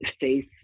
face